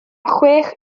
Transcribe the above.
chwech